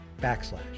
backslash